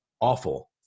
awful